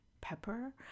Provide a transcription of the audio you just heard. pepper